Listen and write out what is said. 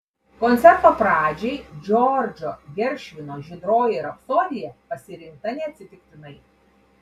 koncerto pradžiai džordžo geršvino žydroji rapsodija pasirinkta neatsitiktinai